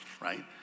right